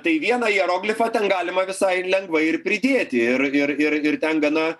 tai vieną jeroglifą ten galima visai lengvai ir pridėti ir ir ir ir ten gana